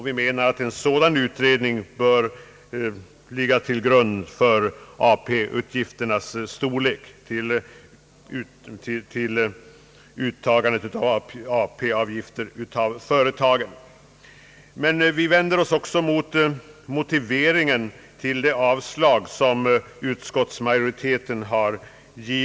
Vi anser att en sådan utredning bör ligga till grund för beslut om AP-avgifternas storlek i framtiden.